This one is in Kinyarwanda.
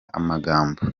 amagambo